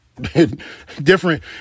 different